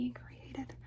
created